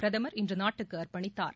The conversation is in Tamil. பிரதமர் இன்று நாட்டுக்கு அர்ப்பணித்தார்